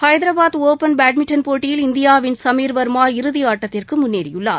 Hyderabad open badminton போட்டியில் இந்தியாவின் சமீர் வர்மா இறதியாட்டத்திற்கு முன்னேறியுள்ளார்